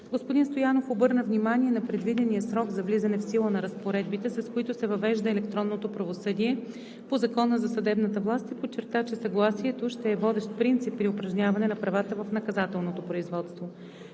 Господин Стоянов обърна внимание на предвидения срок за влизане в сила на разпоредбите, с които се въвежда електронното правосъдие по Закона за съдебната власт и подчерта, че съгласието ще е водещ принцип при упражняване на правата в наказателното производство.